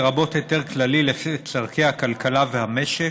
לרבות היתר כללי לפי צורכי הכלכלה והמשק,